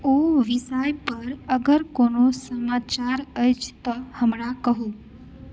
ओ विषयपर अगर कोनो समाचार अछि तऽ हमरा कहू